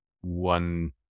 one